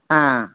ꯑꯥ